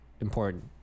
Important